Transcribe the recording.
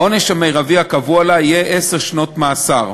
העונש המרבי הקבוע לה יהיה עשר שנות מאסר.